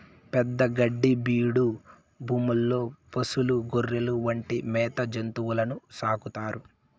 పెద్ద గడ్డి బీడు భూముల్లో పసులు, గొర్రెలు వంటి మేత జంతువులను సాకుతారు